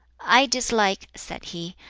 i dislike, said he,